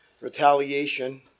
retaliation